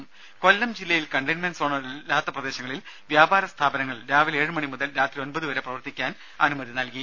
രുമ കൊല്ലം ജില്ലയിൽ containment zone അല്ലാത്ത പ്രദേശങ്ങളിൽ വ്യാപാര സ്ഥാപനങ്ങൾ രാവിലെ ഏഴു മണി മുതൽ രാത്രി ഒൻപതുവരെ പ്രവർത്തിക്കാൻ അനുമതി നൽകി